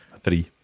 Three